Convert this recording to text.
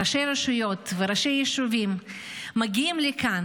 ראשי רשויות וראשי יישובים מגיעים לכאן,